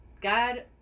God